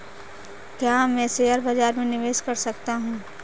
क्या मैं शेयर बाज़ार में निवेश कर सकता हूँ?